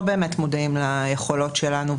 הדיון הם לא באמת מודעים ליכולות שלנו,